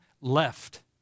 left